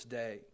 day